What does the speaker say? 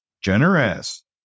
Generous